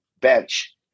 bench